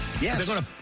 Yes